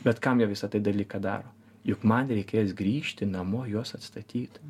bet kam jie visą tai dalyką daro juk man reikės grįžti namo juos atstatyt